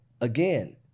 again